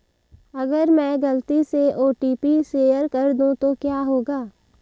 अगर मैं गलती से ओ.टी.पी शेयर कर दूं तो क्या होगा?